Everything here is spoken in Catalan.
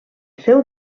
seu